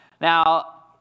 Now